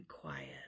quiet